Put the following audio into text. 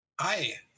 Hi